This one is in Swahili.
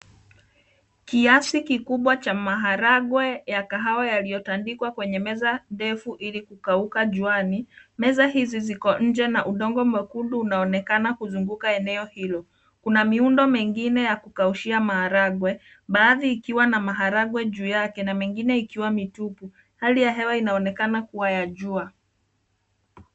Kiasi kukubwa cha maharagwe ya kahawa yaliyotandikwa kwenye meza ndefu ili kukauka juani meza hizi ziko nje na udongo mwekundu unaonekana kuzunguka eneo hilo kuna miundo mingine ya kukaushia maharagwe, baadhi ikiwa na maharagwe juu yake na mengine ikiwa mitupu. Hali ya hewa inaonekana kuwa ya jua.